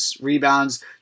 rebounds